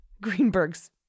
greenberg's